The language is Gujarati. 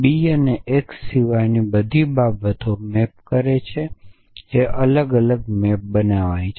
બી એક્સ સિવાયની બધી બાબતોને મેપ કરે છે જે તે અલગ અલગ મેપ બનાવે છે